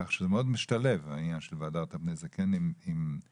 כך שהעניין של ״והדרת פני זקן״ משתלב לנושא